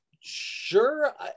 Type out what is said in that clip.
sure